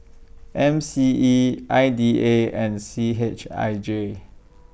M C E I D A and C H I J